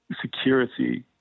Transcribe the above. security